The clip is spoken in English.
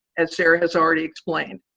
at sarah has already explained.